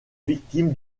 victime